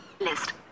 List